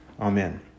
Amen